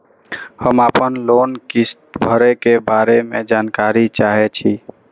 हम आपन लोन किस्त भरै के बारे में जानकारी चाहै छी?